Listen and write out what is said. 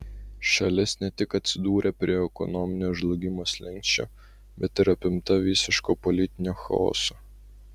šalis ne tik atsidūrė prie ekonominio žlugimo slenksčio bet ir apimta visiško politinio chaoso